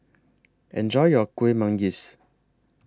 Enjoy your Kueh Manggis